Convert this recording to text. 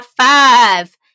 five